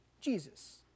Jesus